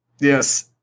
Yes